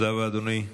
תודה רבה, אדוני.